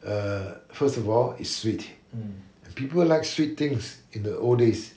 uh first of all it's sweet people like sweet things in the old days